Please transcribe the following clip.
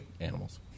Animals